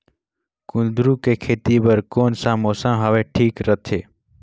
कुंदूरु के खेती बर कौन सा मौसम हवे ठीक रथे?